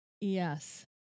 Yes